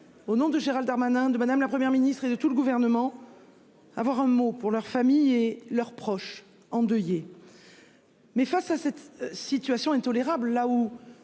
au nom de Gérald Darmanin de madame, la Première ministre et de tout le gouvernement. Avoir un mot pour leurs familles et leurs proches endeuillés. Mais face à cette situation intolérable là où